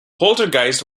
poltergeist